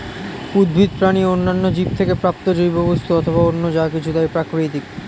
উদ্ভিদ, প্রাণী ও অন্যান্য জীব থেকে প্রাপ্ত জৈব বস্তু অথবা অন্য যা কিছু তাই প্রাকৃতিক